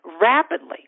rapidly